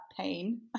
pain